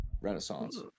renaissance